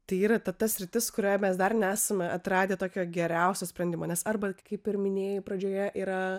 tai yra ta sritis kurioje mes dar nesame atradę tokio geriausio sprendimo nes arba kaip ir minėjau pradžioje yra